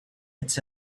its